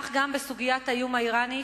כך גם בסוגיית האיום האירני,